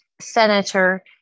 senator